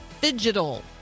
digital